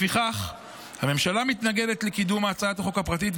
לפיכך הממשלה מתנגדת לקידום הצעת החוק הפרטית,